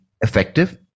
effective